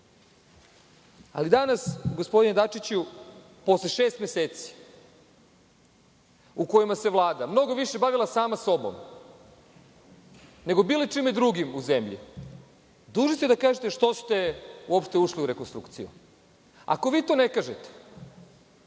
danas, gospodine Dačiću, posle šest meseci, u kojima se Vlada mnogo više bavila sama sobom nego bilo čime drugim u zemlji, dužni ste da kažete što ste uopšte ušli u rekonstrukciju. Ako vi to ne kažete,